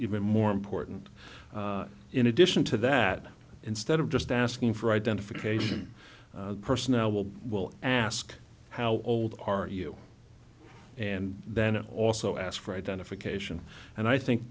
even more important in addition to that instead of just asking for identification personnel will will ask how old are you and then also ask for identification and i think